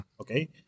Okay